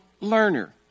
learner